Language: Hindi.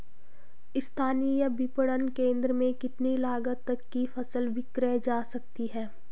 स्थानीय विपणन केंद्र में कितनी लागत तक कि फसल विक्रय जा सकती है?